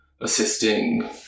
assisting